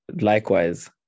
Likewise